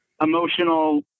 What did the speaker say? emotional